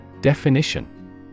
Definition